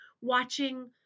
watching